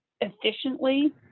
efficiently